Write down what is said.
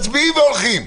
מצביעים והולכים.